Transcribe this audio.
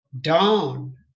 down